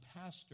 pastor